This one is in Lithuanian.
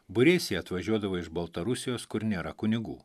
būriais jie atvažiuodavo iš baltarusijos kur nėra kunigų